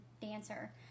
dancer